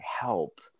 help